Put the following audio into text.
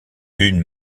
une